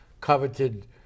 coveted